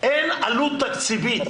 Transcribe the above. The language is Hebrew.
אז אין עלות תקציבית.